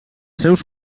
seus